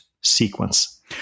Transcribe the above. sequence